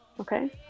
Okay